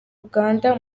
uganda